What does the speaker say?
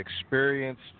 experienced